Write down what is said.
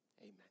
amen